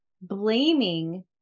blaming